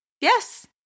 yes